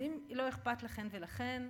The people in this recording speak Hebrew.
אז אם לא אכפת לכם ולכן,